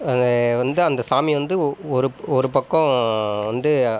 அதை வந்து அந்த சாமி வந்து ஒ ஒருப் ஒரு பக்கம் வந்து